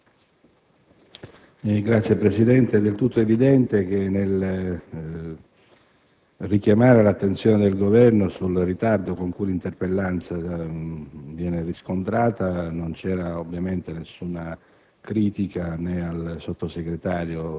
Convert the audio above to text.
Signor Presidente, è del tutto evidente che nell'aver richiamato l'attenzione del Governo sul ritardo con cui l'interpellanza viene riscontrata non vi era ovviamente alcuna